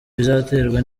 bizaterwa